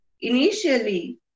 initially